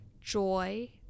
joy